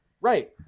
Right